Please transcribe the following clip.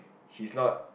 he's not